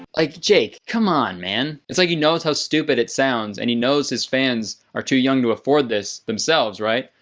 like jake. come on, man. it's like he knows how stupid it sounds. and he knows his fans are too young to afford this themselves, right?